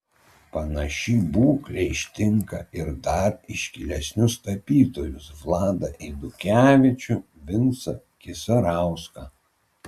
panaši būklė ištinka ir dar iškilesnius tapytojus vladą eidukevičių vincą kisarauską